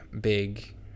big